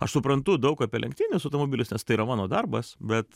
aš suprantu daug apie lenktynius automobilius nes tai yra mano darbas bet